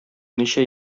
ничә